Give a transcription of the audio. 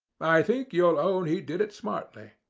i think you'll own he did it smartly.